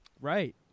Right